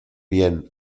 bien